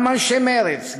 גם אנשי מרצ,